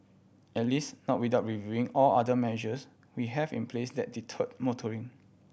at least not without reviewing all the other measures we have in place that deter motoring